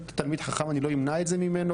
תלמיד חכם אני לא אמנע את זה ממנו.